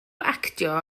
actio